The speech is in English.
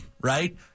right